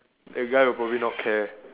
the guy would probably not care